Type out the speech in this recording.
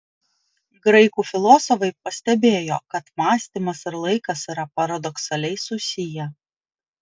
graikų filosofai pastebėjo kad mąstymas ir laikas yra paradoksaliai susiję